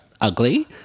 Ugly